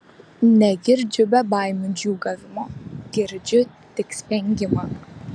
negirdžiu bebaimių džiūgavimo girdžiu tik spengimą